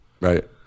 right